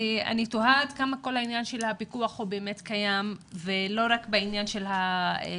אני תוהה עד כמה כל העניין של הפיקוח באמת קיים ולא רק בעניין של המשפחתונים